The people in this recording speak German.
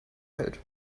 hält